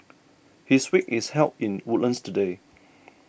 his wake is held in Woodlands today